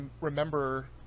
remember